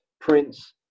Prince